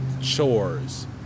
chores